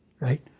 right